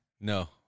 No